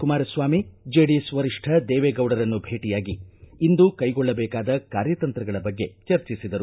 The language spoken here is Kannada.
ಕುಮಾರಸ್ವಾಮಿ ಜೆಡಿಎಸ್ ವರಿಷ್ಠ ದೇವೇಗೌಡರನ್ನು ಭೇಟಿಯಾಗಿ ಇಂದು ಕೈಗೊಳ್ಳಬೇಕಾದ ಕಾರ್ಯತಂತ್ರಗಳ ಬಗ್ಗೆ ಚರ್ಚಿಸಿದರು